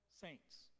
Saints